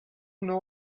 know